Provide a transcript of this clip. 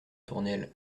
tournelles